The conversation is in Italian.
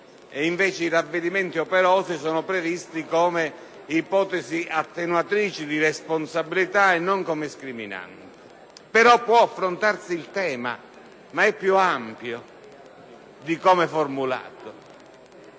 Invece i ravvedimenti operosi sono previsti come ipotesi attenuatrici di responsabilita e non come scriminanti. Tuttavia, puoaffrontarsi il tema, ma e piuampio di com’e formulato.